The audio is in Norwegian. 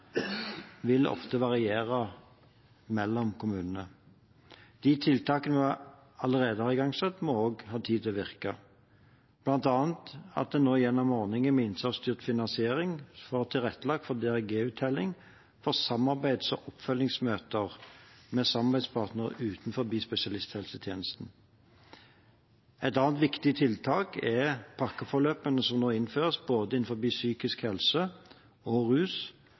vil ofte variere mellom kommunene. De tiltakene vi allerede har igangsatt, må også få tid til å virke. Blant annet er det nå gjennom ordningen med innsatsstyrt finansiering tilrettelagt for DRG-uttelling for samarbeids- og oppfølgingsmøter med samarbeidspartnere utenfor spesialisthelsetjenesten. Et annet viktig tiltak er pakkeforløpene som nå innføres innen både psykisk helse og rus,